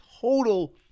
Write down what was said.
total